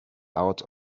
out